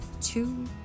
two